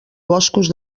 boscos